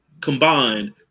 combined